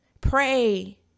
Pray